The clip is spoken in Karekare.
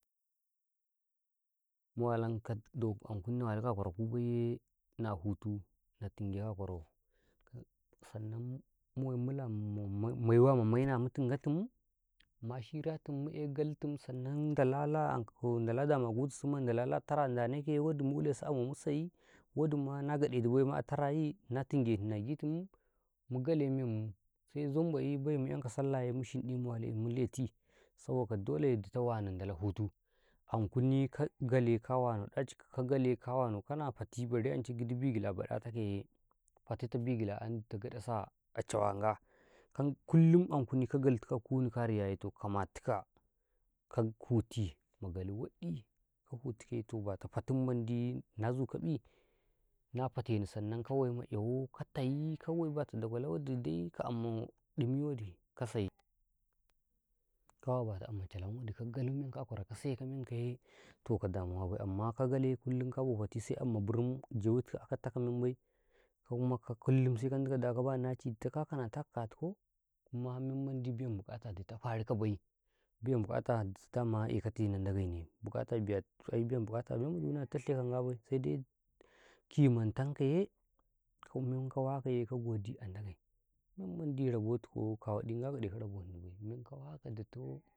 Mu walankau do, an kun nawa lukau kwararu bay yee, na hutu na tunge nau a kwarau, sannan may wula ma mun, mai wa ma maina mutun ga tum, ma shirutunmu eh kaltum, sannan alulala, anga damagun, dulu ma na tara, waɗi mu'ule su amma say, waɗi ma, nagode di bai ina a tara eh, na tunge Nni abi tumu, mu gale mummu sai bay, mu yan ka sallah eh, mu shinɗi maimu, mu wali, mu ne ti, saboka dolai tau wanau ndala hutu, an kuni, ka gale ka wanau, ɗaci ka gale ka wanau, ka na fati, bare an cai bigila baɗa taka yee, faɗe tau bigila, gaɗesa, an cawan ngaa, kan kullum an gunu ka galau a riga faa galta kunu na riya yee, tehkamatu ka, ka hutu man gala wadi ka hutu yee, toh bata fati mendi na zukabii, na fe ten ni sannan, kawai ma yawan ka ta ka, amma ɗumu wadi ka say ka ba watau anga calamwali ka galam a kwarau ka say, ka say ka men ka yaa, toh kadamuwa bay, amman ka galeh kullum ka bo fati, sai a mmaa burum zuyu kau, a kata mambayy, kai kuma kullum sai ka dukau, da ka ba naci, du kau ka tana ka tu kaatu kau, kuma men mandi biyan buka tatu kau duta faru ka yee, biyan bukatdi tau doman eh ka tau Nan dage, biyan bukata, biyan bukata men boy ga bay, sai daii ke man tan ka ye, ko mai ka wan ka yee, kan godi Ndage, men mendi raba tu ka yee, kawadi nga gadeko rabo ttini bai, men kawakaye dittoo.